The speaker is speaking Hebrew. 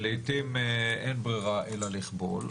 שלעיתים אין ברירה אלא לכבול.